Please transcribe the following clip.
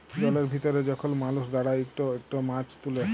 জলের ভিতরে যখল মালুস দাঁড়ায় ইকট ইকট মাছ তুলে